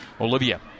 Olivia